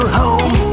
home